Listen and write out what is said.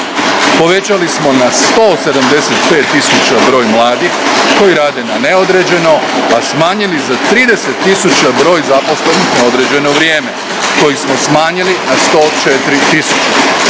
Povećali smo na 175 tisuća broj mladih koji rade na neodređeno, a smanjili za 30 tisuća broj zaposlenih na određeno vrijeme, koji smo smanjili na 104